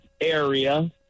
area